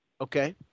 Okay